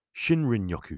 Shinrin-yoku